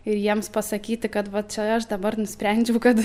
ir jiems pasakyti kad va čia aš dabar nusprendžiau kad